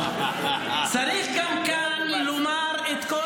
-- צריך גם כאן לומר את כל